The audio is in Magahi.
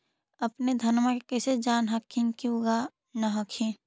अपने धनमा के कैसे जान हखिन की उगा न हखिन?